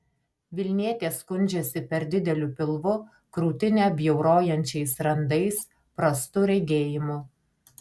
vilnietė skundžiasi per dideliu pilvu krūtinę bjaurojančiais randais prastu regėjimu